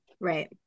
Right